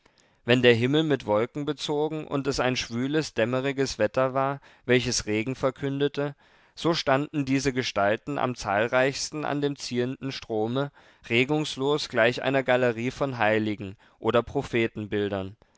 wenn der himmel mit wolken bezogen und es ein schwüles dämmeriges wetter war welches regen verkündete so standen diese gestalten am zahlreichsten an dem ziehenden strome regungslos gleich einer galerie von heiligen oder